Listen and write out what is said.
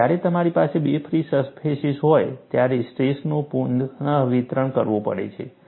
માટે જ્યારે તમારી પાસે બે ફ્રી સરફેસીસ હોય ત્યારે સ્ટ્રેસનું પુનઃવિતરણ કરવું પડે છે